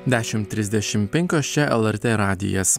dešim trisdešim penkios čia lrt radijas